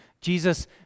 jesus